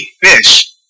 fish